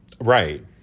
Right